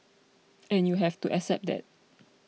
and you have to accept that